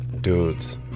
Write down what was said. dudes